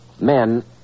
Men